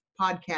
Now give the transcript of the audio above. Podcast